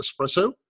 espresso